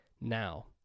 Now